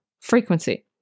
frequency